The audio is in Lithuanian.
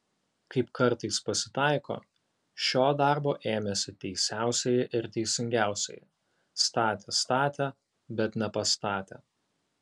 kaip kartais pasitaiko šio darbo ėmėsi teisiausieji ir teisingiausieji statė statė bet nepastatė